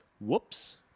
whoops